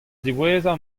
diwezhañ